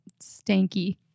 Stanky